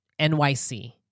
NYC